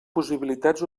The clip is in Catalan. possibilitats